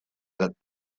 that